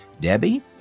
Debbie